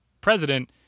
president